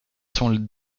sont